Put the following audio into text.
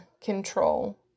control